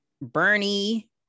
Bernie